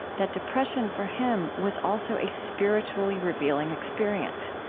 that depression for him was also a spiritually revealing experience.